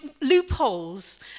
loopholes